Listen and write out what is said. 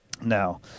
Now